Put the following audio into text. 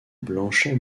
blanchet